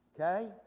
Okay